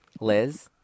Liz